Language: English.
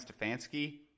Stefanski